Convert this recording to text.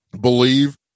Believe